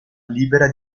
libera